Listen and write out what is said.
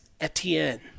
Etienne